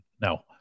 Now